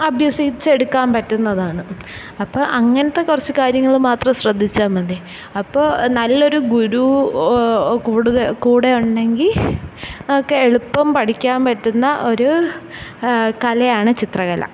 അഭ്യസിച്ചെടുക്കാൻ പറ്റുന്നതാണ് അപ്പോൾ അങ്ങനത്തെ കുറച്ച് കാര്യങ്ങള് മാത്രം ശ്രദ്ധിച്ചാൽ മതി അപ്പോൾ നല്ലൊരു ഗുരു കൂടുതൽ കൂടെ ഉണ്ടെങ്കിൽ ഒക്കെ എളുപ്പം പഠിക്കാന് പറ്റുന്ന ഒരു കലയാണ് ചിത്രകല